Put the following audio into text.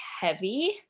heavy